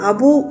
Abu